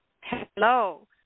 Hello